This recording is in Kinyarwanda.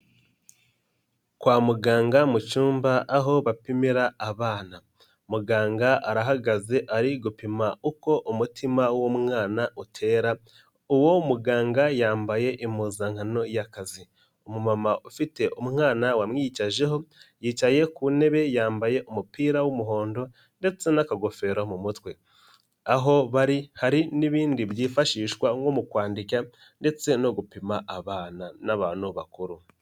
Kwa muganga mu cyumba aho bapimira abana, muganga arahagaze ari gupima uko umutima w'umwana utera uwo muganga yambaye impuzankano y'akazi, umu mama ufite umwana wamwiyicajeho yicaye ku ntebe yambaye umupira w'umuhondo ndetse n'akagofero mu mutwe, aho bari hari n'ibindi byifashishwa nko mu kwandika ndetse no gupima abana n'abantu bakuru.